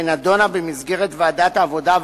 ונדונה במסגרת ועדת העבודה,